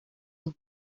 los